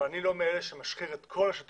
אבל אני לא מאלה שמשחיר את כל השלטון